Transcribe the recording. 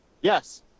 Yes